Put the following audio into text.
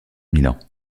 milan